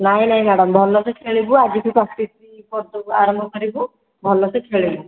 ନାହିଁ ନାହିଁ ମ୍ୟାଡ଼ାମ ଭଲରେ ଖେଳିବୁ ଆଜିଠୁ ପ୍ରାକ୍ଟିସ୍ କରିଦେବୁ ଆରମ୍ଭ କରିବୁ ଭଲ ସେ ଖେଳିବୁ